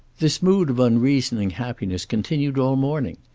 this mood of unreasoning happiness continued all morning.